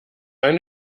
eine